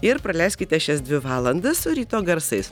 ir praleiskite šias dvi valandas su ryto garsais